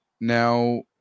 Now